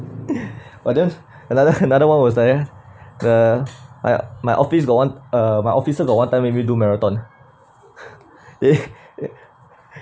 oh then another another one was like uh my my office got one uh my officer got one time make me do marathon eh